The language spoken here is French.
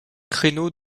créneaux